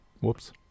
Whoops